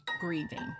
grieving